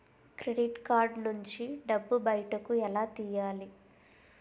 Credit card నుంచి డబ్బు బయటకు ఎలా తెయ్యలి?